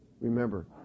remember